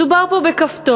מדובר פה בכפתור